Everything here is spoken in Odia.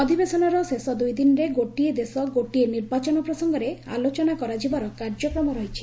ଅଧିବେଶନର ଶେଷ ଦୁଇଦିନରେ ଗୋଟିଏ ଦେଶ ଗୋଟିଏ ନିର୍ବାଚନ ପ୍ରସଙ୍ଗରେ ଆଲୋଚନା କରାଯିବାର କାର୍ଯ୍ୟକ୍ରମ ରହିଛି